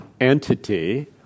entity